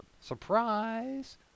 Surprise